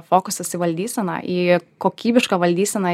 fokusas į valdyseną į kokybišką valdyseną